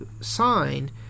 sign